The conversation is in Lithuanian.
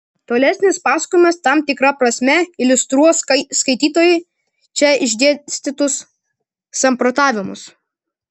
tolesnis pasakojimas tam tikra prasme iliustruos skaitytojui čia išdėstytus samprotavimus